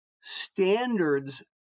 standards